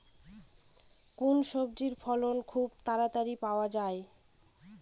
কোন সবজির ফলন খুব তাড়াতাড়ি পাওয়া যায়?